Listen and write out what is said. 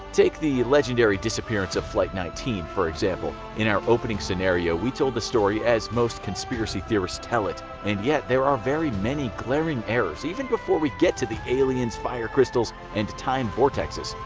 take the legendary disappearance of flight nineteen for example. in our opening scenario we told the story as most conspiracy theorists tell it and yet there are very many glaring errors even before we get to the aliens, fire crystals, and time vortexes.